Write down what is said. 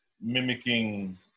mimicking